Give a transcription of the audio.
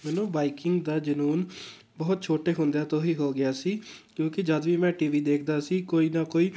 ਮੈਨੂੰ ਬਾਈਕਿੰਗ ਦਾ ਜਨੂੰਨ ਬਹੁਤ ਛੋਟੇ ਹੁੰਦਿਆਂ ਤੋਂ ਹੀ ਹੋ ਗਿਆ ਸੀ ਕਿਉਂਕਿ ਜਦ ਵੀ ਮੈਂ ਟੀ ਵੀ ਦੇਖਦਾ ਸੀ ਕੋਈ ਨਾ ਕੋਈ